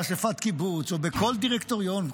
באספת קיבוץ או בכל דירקטוריון,